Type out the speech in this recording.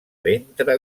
ventre